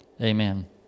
amen